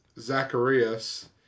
Zacharias